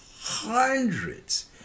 hundreds